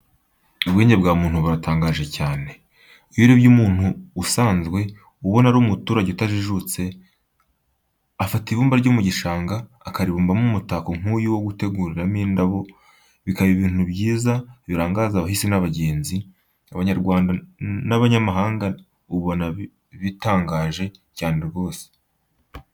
Ubwenge bwa muntu buratangaje cyane. Iyo urebye ukuntu umuntu usanzwe ubona ari umuturage utajijutse, afata ibumba ryo mu gishanga, akaribumbamo umutako nk'uyu wo guteguramo indabo, bikaba ibintu byiza birangaza abahisi n'abagenzi, Abanyarwanda n'abanyamahanga, ubona bitangaje cyane rwose.